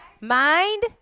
mind